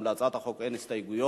(הכרזה על חבר בני-אדם זר כארגון טרור ועל אדם זר כפעיל טרור),